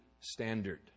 standard